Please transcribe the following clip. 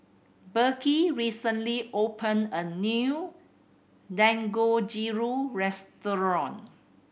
Beckie recently opened a new Dangojiru restaurant